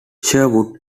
sherwood